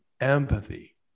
empathy